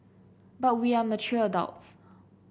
but we are mature adults